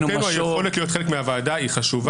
אז לעמדתנו היכולת להיות חלק מהוועדה היא חשובה